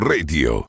Radio